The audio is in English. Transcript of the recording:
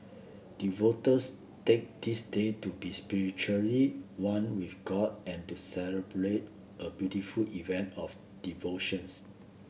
take this day to be spiritually one with god and to celebrate a beautiful event of devotions